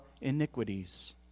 iniquities